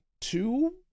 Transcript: two